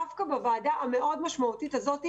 דווקא בוועדה המאוד משמעותית הזאת,